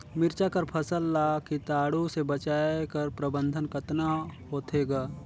मिरचा कर फसल ला कीटाणु से बचाय कर प्रबंधन कतना होथे ग?